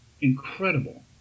incredible